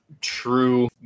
true